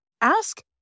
ask